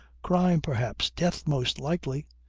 crime perhaps death most likely.